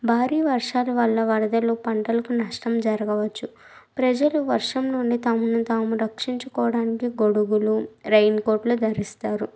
భారీ వర్షాలు వల్ల వరదలు పంటలకు నష్టం జరగవచ్చు ప్రజలు వర్షం నుండి తమను తాము రక్షించుకోడానికి గొడుగులు రైన్ కోట్లు ధరిస్తారు